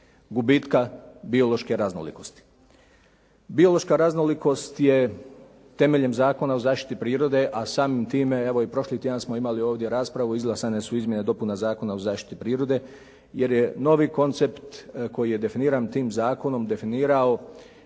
gubitka biološke raznolikosti. Biološka raznolikost je temeljem Zakona o zaštiti prirode, a samim time evo i prošli tjedan smo imali ovdje raspravu, izglasane su izmjene i dopune Zakona o zaštiti prirode, jer je novi koncept koji je definiran tim zakonom definirao